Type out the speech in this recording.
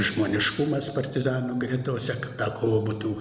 žmoniškumas partizanų gretose kad ta kova būtų